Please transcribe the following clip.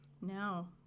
No